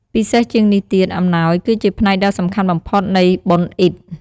ពិសេសជាងនេះទៀត អំណោយគឺជាផ្នែកដ៏សំខាន់បំផុត នៃបុណ្យអ៊ីឌ។